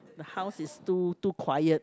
the house is too too quiet